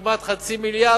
כמעט חצי מיליארד,